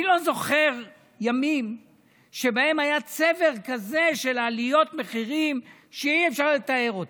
אני לא זוכר ימים שבהם היה צבר כזה של עליות מחירים שאי-אפשר לתאר אותן.